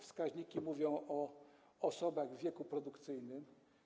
Wskaźniki mówią o osobach w wieku produkcyjnym.